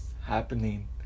happening